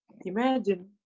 imagine